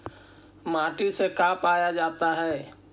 माटी से का पाया जाता है?